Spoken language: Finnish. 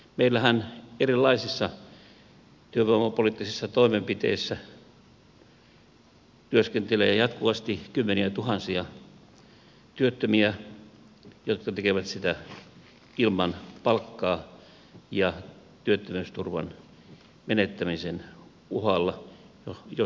meillähän erilaisissa työvoimapoliittisissa toimenpiteissä työskentelee jatkuvasti kymmeniätuhansia työttömiä jotka tekevät sitä ilman palkkaa ja uhkana on työttömyysturvan menettäminen jos he siitä kieltäytyvät